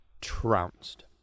trounced